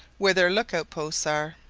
where their look-out posts are.